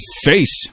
face